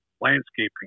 landscaping